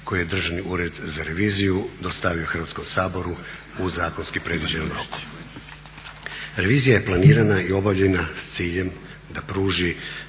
koji je Državni ured za reviziju dostavio Hrvatskom saboru u zakonski predviđenom roku. Revizija je planirana i obavljena s ciljem da pruži